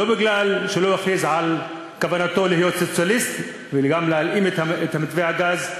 לא מפני שלא הכריז על כוונתו להיות סוציאליסט וגם להלאים את מתווה הגז,